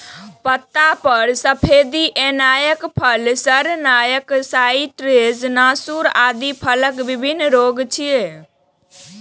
पत्ता पर सफेदी एनाय, फल सड़नाय, साइट्र्स नासूर आदि फलक विभिन्न रोग छियै